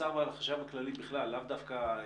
לאוצר ולחשב הכללי בכלל, לאו דווקא אצלך.